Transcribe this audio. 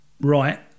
right